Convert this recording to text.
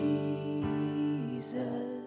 Jesus